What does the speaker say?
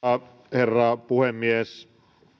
herra puhemies